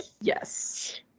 Yes